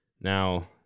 now